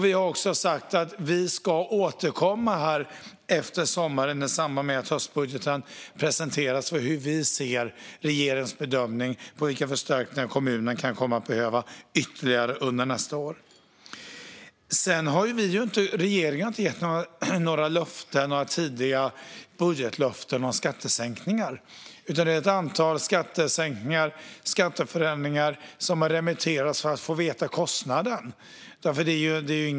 Vi har också sagt att vi ska återkomma efter sommaren, i samband med att höstbudgeten presenteras, med regeringens bedömning av vilka förstärkningar kommunerna kan komma att behöva ytterligare under nästa år. Regeringen har inte gett några tidiga budgetlöften om skattesänkningar, utan det är ett antal förslag om skattesänkningar och skatteförändringar som har remitterats för att man ska få veta kostnaden.